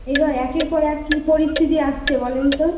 এরম একের পর এক কী পরিস্থিতি আসছে বলেন তো